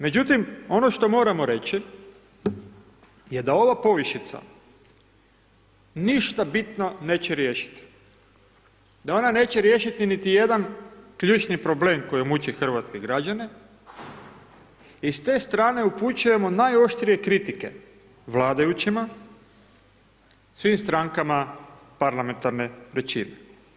Međutim, ono što moramo reći je da ova povišica ništa bitno neće riješiti, da ona neće riješiti niti jedan ključni problem koji muči hrvatske građane i s te strane upućujemo najoštrije kritike vladajućima, svim strankama parlamentarne većine.